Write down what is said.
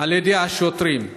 בידי השוטרים.